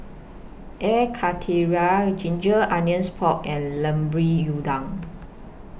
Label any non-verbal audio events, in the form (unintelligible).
Air Karthira Ginger Onions Pork and (unintelligible) Udang